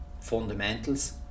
fundamentals